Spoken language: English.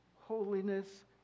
holiness